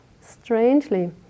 strangely